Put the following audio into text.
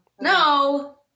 No